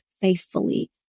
faithfully